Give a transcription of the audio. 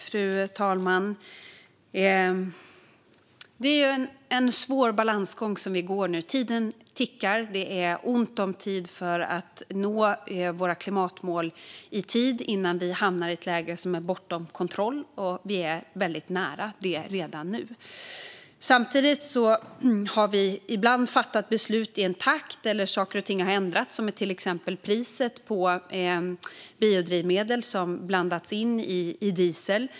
Fru talman! Det är en svår balansgång som vi nu går. Tiden tickar. Det är ont om tid för att nå våra klimatmål i tid innan vi hamnar i ett läge som är bortom kontroll. Vi är väldigt nära det redan nu. Samtidigt har vi ibland fattat beslut i en sådan takt att saker och ting har ändrats. Det gäller till exempel priset på biodrivmedel som har blandats in i diesel.